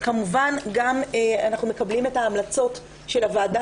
אנחנו כמובן גם מקבלים את ההמלצות של הוועדה